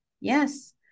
Yes